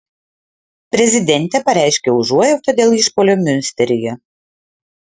prezidentė pareiškė užuojautą dėl išpuolio miunsteryje